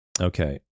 Okay